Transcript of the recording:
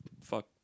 fuck